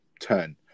turn